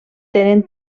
tenen